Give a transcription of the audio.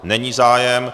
Není zájem.